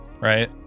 right